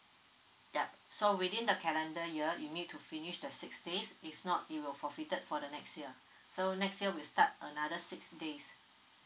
ya so within the calendar year you need to finish the six days if not it will forfeited for the next year so next year we start another six days